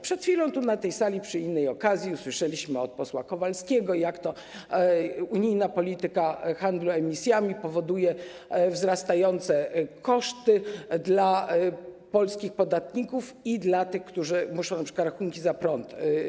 Przed chwilą tu, na tej sali przy innej okazji usłyszeliśmy od posła Kowalskiego, jak to unijna polityka handlu emisjami powoduje wzrastające koszty dla polskich podatników i dla tych, którzy już muszą płacić te rachunki za prąd.